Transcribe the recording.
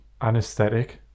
Anesthetic